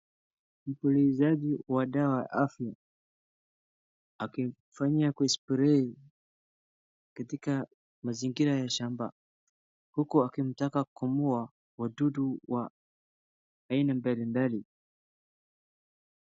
Mpulizaji wa dawa afya akifanyia ku spray katika mazingira ya shamba huku akimtaka kumuua wadudu wa aina mbalimbali.